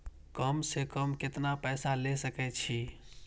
कम से कम केतना पैसा ले सके छी?